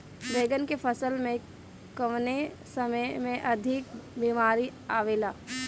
बैगन के फसल में कवने समय में अधिक बीमारी आवेला?